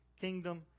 kingdom